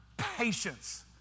patience